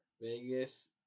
Vegas